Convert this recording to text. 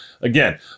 Again